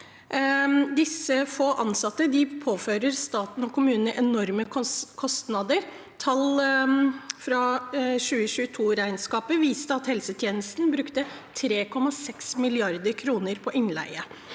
Disse få ansatte påfører staten og kommunene enorme kostnader. Tall fra 2022-regnskapet viste at helsetjenesten brukte 3,6 mrd. kr på innleie.